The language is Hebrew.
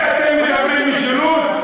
על זה אתם מדברים, משילות?